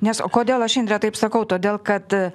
nes o kodėl aš indrė taip sakau todėl kad